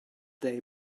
day